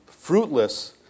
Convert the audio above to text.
fruitless